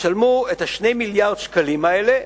ישלמו את 2 מיליארדי שקלים האלה